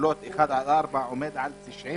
באשכולות 1 עד 4 עומד על 92%,